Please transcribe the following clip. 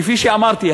כפי שאמרתי,